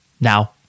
Now